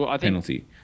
penalty